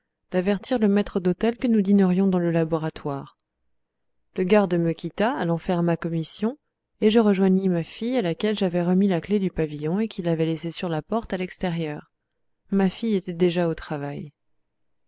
d'avertir le maître d'hôtel que nous dînerions dans le laboratoire le garde me quitta allant faire ma commission et je rejoignis ma fille à laquelle j'avais remis la clef du pavillon et qui l'avait laissée sur la porte à l'extérieur ma fille était déjà au travail